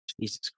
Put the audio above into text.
Jesus